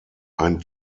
ein